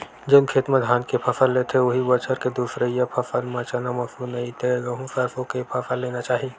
जउन खेत म धान के फसल लेथे, उहीं बछर के दूसरइया फसल म चना, मसूर, नहि ते गहूँ, सरसो के फसल लेना चाही